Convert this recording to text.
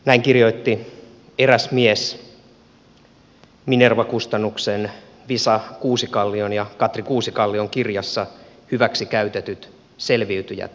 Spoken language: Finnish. näin kirjoitti eräs mies minerva kustannuksen visa kuusikallion ja katri kuusikallion kirjassa hyväksikäytetyt selviytyjät kertovat